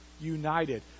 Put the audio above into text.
united